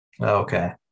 okay